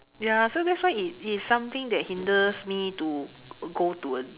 ya so that's why it it's something that hinders me to go to a